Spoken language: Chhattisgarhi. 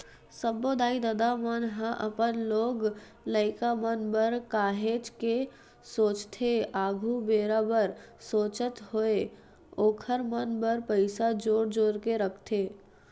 सब्बो दाई ददा मन ह अपन लोग लइका मन बर काहेच के सोचथे आघु बेरा बर सोचत होय ओखर मन बर पइसा जोर जोर के रखथे